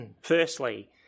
Firstly